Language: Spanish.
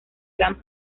gran